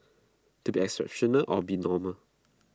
to be exceptional or be normal